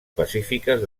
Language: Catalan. pacífiques